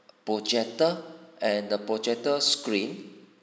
projector and the projector screen